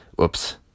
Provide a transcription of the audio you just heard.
oops